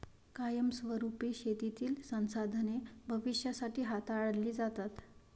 कायमस्वरुपी शेतीतील संसाधने भविष्यासाठी हाताळली जातात